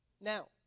Now